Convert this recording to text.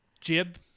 jib